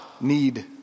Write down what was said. need